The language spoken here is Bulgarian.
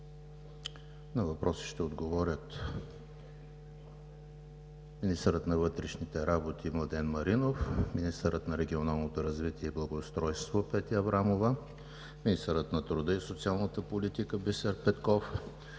на въпроси ще отговорят министърът на вътрешните работи Младен Маринов, министърът на регионалното развитие и благоустройството Петя Аврамова, министърът на труда и социалната политика Бисер Петков,